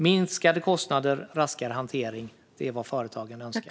Minskade kostnader och en raskare hantering - det är vad företagen önskar.